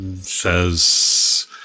says